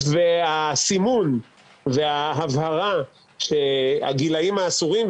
הסימון וההבהרה של הגילאים האסורים,